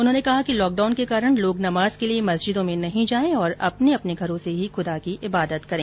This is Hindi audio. उन्होंने कहा कि लॉकडाउन के कारण लोग नमाज के लिए मस्जिदों में नहीं जाए और अपने अपने घरों से ही खुदा की इबादत करें